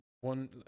one